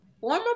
former